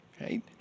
right